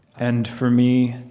and for me,